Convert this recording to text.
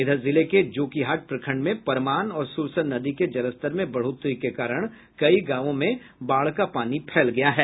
इधर जिले के जोगीहाट प्रखंड में परमान और सुरसर नदी के जलस्तर में बढ़ोतरी के कारण कई गांवों में बाढ़ का पानी फैल गया है